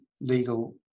legal